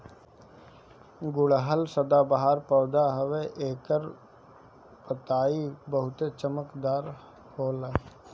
गुड़हल सदाबाहर पौधा हवे एकर पतइ बहुते चमकदार होला